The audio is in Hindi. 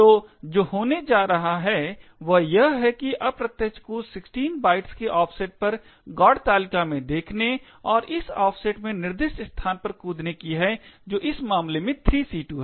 तो जो होने जा रहा है वह यह है कि अप्रत्यक्ष कूद 16 बाइट्स के ऑफसेट पर GOT तालिका में देखने और इस ऑफसेट में निर्दिष्ट स्थान पर कूदने की है जो इस मामले में 3c2 है